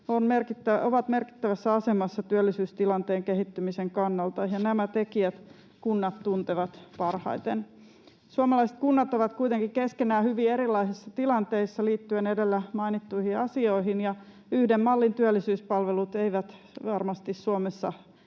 on merkittävässä asemassa työllisyystilanteen kehittymisen kannalta, ja nämä tekijät kunnat tuntevat parhaiten. Suomalaiset kunnat ovat kuitenkin keskenään hyvin erilaisissa tilanteissa liittyen edellä mainittuihin asioihin, ja yhden mallin työllisyyspalvelut eivät varmasti Suomen